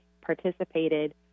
participated